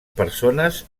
persones